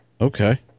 Okay